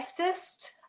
leftist